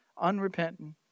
unrepentant